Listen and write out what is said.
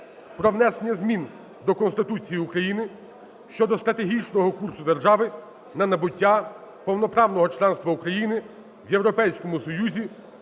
про внесення змін до Конституції України (щодо стратегічного курсу держави на набуття повноправного членства України в Європейському Союзі